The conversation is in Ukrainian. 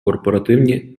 корпоративні